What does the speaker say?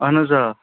اَہَن حظ آ